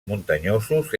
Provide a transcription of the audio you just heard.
muntanyosos